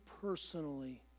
personally